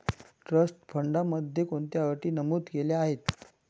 Trust फंडामध्ये कोणत्या अटी नमूद केल्या आहेत?